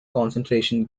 concentration